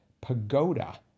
pagoda